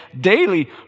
daily